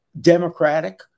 democratic